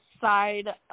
side